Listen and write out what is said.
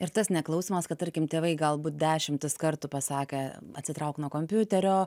ir tas neklausymas kad tarkim tėvai galbūt dešimtis kartų pasakė atsitrauk nuo kompiuterio